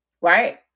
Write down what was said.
right